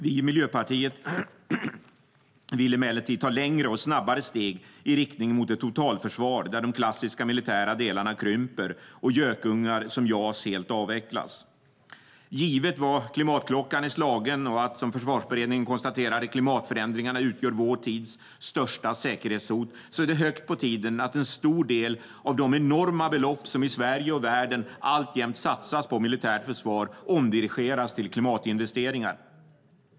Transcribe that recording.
Vi i Miljöpartiet vill emellertid ta längre och snabbare steg i riktning mot ett totalförsvar där de klassiska militära delarna krymper och gökungar som JAS helt avvecklas. Givet vad klimatklockan är slagen och att, som Försvarsberedningen konstaterade, klimatförändringarna utgör vår tids största säkerhetshot är det hög tid att en stor del av de enorma belopp som i Sverige och i världen alltjämt satsas på militärt försvar omdirigeras till klimatinvesteringar.